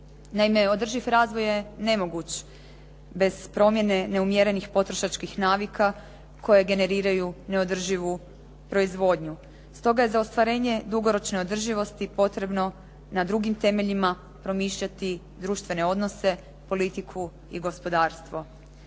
Naime, održivi razvoj je nemoguć bez promjene neumjerenih potrošačkih navika koje generiraju neodrživu proizvodnju. Stoga je za ostvarenje dugoročne održivosti potrebno na drugim temeljima promišljati društvene odnose, politiku i gospodarstvo.